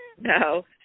No